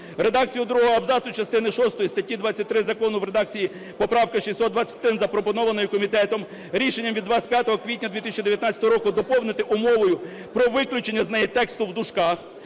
Редакцію другого абзацу частини шостої статті 23 Закону в редакції поправки 621, запропонованої комітетом, рішенням від 25 квітня 2019 року доповнити умовою про виключення з неї тексту в дужках.